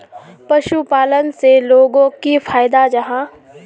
पशुपालन से लोगोक की फायदा जाहा?